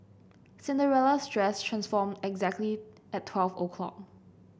Cinderella's dress transformed exactly at twelve o'clock